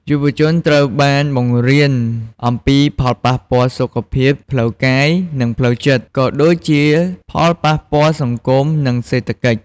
យុវជនត្រូវបានបង្រៀនអំពីផលប៉ះពាល់សុខភាពផ្លូវកាយ និងផ្លូវចិត្ត ក៏ដូចជាផលប៉ះពាល់សង្គម និងសេដ្ឋកិច្ច។